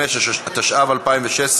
55), התשע"ו 2016,